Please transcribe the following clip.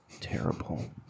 terrible